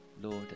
Lord